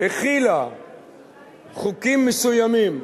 החילה חוקים מסוימים,